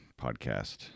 podcast